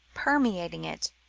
permeating it,